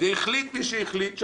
והחליט מי שהחליט החלטה,